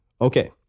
Okay